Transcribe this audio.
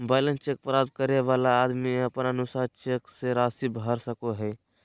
blank cheque प्राप्त करे वाला आदमी अपन अनुसार चेक मे राशि भर सको हय